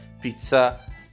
pizza